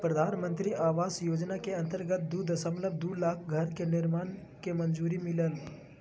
प्रधानमंत्री आवास योजना के अंतर्गत दू दशमलब दू लाख घर के निर्माण के मंजूरी मिललय